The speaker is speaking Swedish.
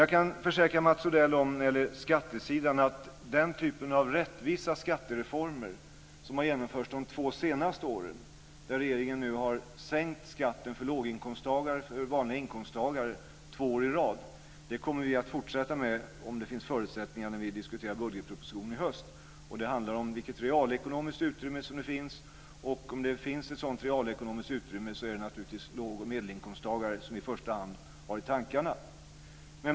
Jag kan försäkra Mats Odell om att den typen av rättvisa skattereformer som har genomförts de två senaste åren, när regeringen har sänkt skatten för låginkomsttagare och vanliga inkomsttagare två år i rad, kommer vi att fortsätta med om det finns förutsättningar när vi diskuterar budgetpropositionen i höst. Det handlar om vilket realekonomiskt utrymme som finns. Om det finns ett sådant realekonomiskt utrymme är det naturligtvis låg och medelinkomsttagare som vi i första hand har i tankarna.